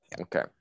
Okay